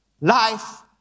life